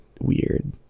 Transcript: weird